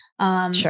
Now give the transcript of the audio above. Sure